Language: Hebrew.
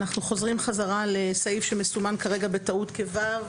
אנחנו חוזרים חזרה לסעיף שמסומן כרגע בטעות כ-(ו),